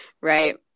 Right